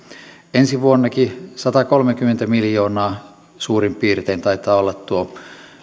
ensi vuonnakin satakolmekymmentä miljoonaa suurin piirtein taitaa olla tuo